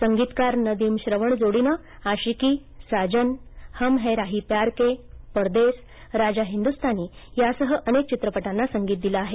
संगीतकार नदिम श्रवण जोडीनं आशिकी साजन हम है राही प्यार के परदेश राजा हिंदुस्तानी यासह अनेक चित्रपटांना संगीत दिलं आहे